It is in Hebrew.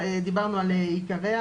דיברנו על עיקריה,